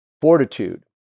Fortitude